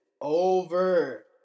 over